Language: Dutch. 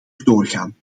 doorgaan